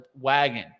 wagon